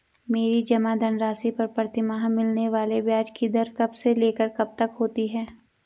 मेरे जमा धन राशि पर प्रतिमाह मिलने वाले ब्याज की दर कब से लेकर कब तक होती है?